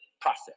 process